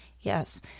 Yes